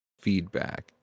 feedback